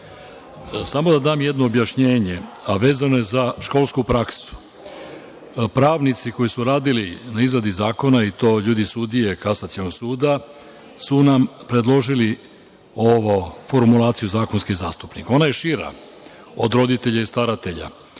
Samo da kažem jedno objašnjenje, a vezano je za školsku praksu. Pravnici koji su radili na izradi zakona i to ljudi i sudije iz Kasacionog suda su nam predložili ovu formulaciju zakonski zastupnik. Ona je šira od roditelja i staratelja,